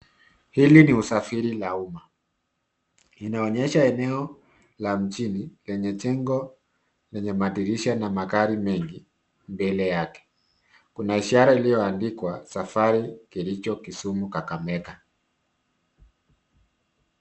Hili ni usafiri la umma. Inaonyesha eneo la mjini lenye jengo lenye madirisha na magari mengi mbele yake. Kuna ishara iliyoandikwa, safari kericho, kisumu, kakamega.